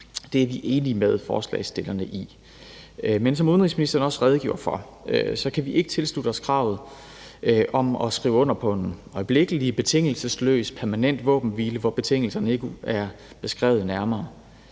Det er vi enige med forslagsstillerne i. Men som udenrigsministeren også redegjorde for, kan vi ikke tilslutte os kravet om at skrive under på en øjeblikkelig, betingelsesløs, permanent våbenhvile, hvor betingelserne ikke er beskrevet nærmere.